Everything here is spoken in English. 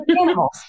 animals